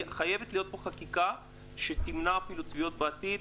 חייבת להיות פה חקיקה שתמנע תביעות בעתיד,